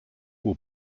will